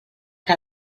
que